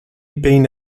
بین